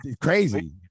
crazy